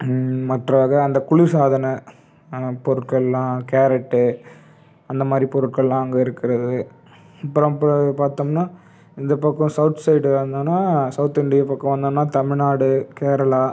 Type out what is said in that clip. மற்ற அதான் அந்த குளிர்சாதன அங்க பொருட்களெலாம் கேரட் அந்த மாதிரி பொருட்களெலாம் அங்கே இருக்கிறது அப்புறம் இப்போ பார்த்தோம்னா இந்தப் பக்கம் சவுத் சைட் வந்தோம்னா சவுத் இந்தியா பக்கம் வந்தோம்னா தமிழ்நாடு கேரளா